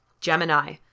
Gemini